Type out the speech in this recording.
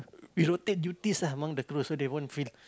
we rotate duties ah among the crew so they won't feel